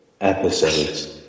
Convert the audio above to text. episodes